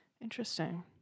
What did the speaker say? Interesting